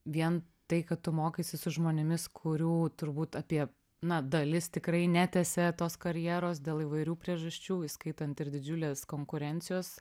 vien tai kad tu mokaisi su žmonėmis kurių turbūt apie na dalis tikrai netęsia tos karjeros dėl įvairių priežasčių įskaitant ir didžiulės konkurencijos